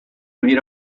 made